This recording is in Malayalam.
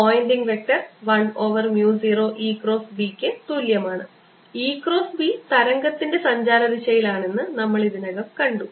Poynting vector 1 over mu 0 E cross B ക്ക് തുല്യമാണ് E ക്രോസ് B തരംഗത്തിൻറെ സഞ്ചാരദിശയിലാണെന്ന് നമ്മൾ ഇതിനകം കണ്ടു